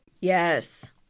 Yes